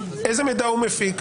איזה מידע הוא מפיק?